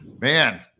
Man